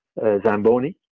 Zamboni